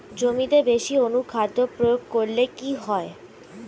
জমিতে বেশি অনুখাদ্য প্রয়োগ করলে কি হয়?